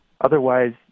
Otherwise